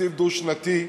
תקציב דו-שנתי.